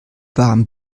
warm